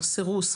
סירוס,